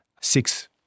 six